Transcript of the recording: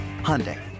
Hyundai